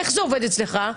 איך זה עובד אצלך?